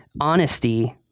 honesty